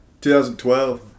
2012